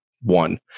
one